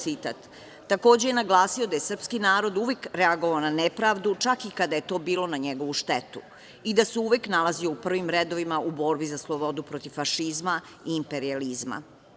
Takođe je naglasio da je srpski narod uvek reagovao na nepravdu, čak i kada je to bilo na njegovu štetu i da se uvek nalazio u prvim redovima u borbi za slobodu protiv fašizma i imperijalizma.